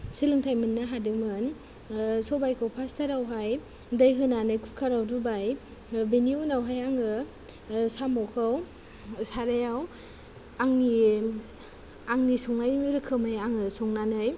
सोलोंथाय मोननो हादोंमोन सबायखौ फास्टथारावहाय दै होनानै खुखाराव रुबाय बेनि उनावहाय आङो साम'खौ सारायाव आंनि आंनि संनाय रोखोमै आङो संनानै